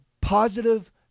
positive